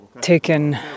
taken